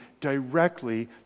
directly